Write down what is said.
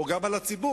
או גם על הציבור?